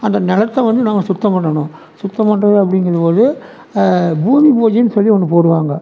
அந்த நிலத்த வந்து நம்ம சுத்தம் பண்ணனும் சுத்தம் பண்ணுறது அப்படிங்குற போது பூமி பூஜைன்னு சொல்லி ஒன்று போடுவாங்க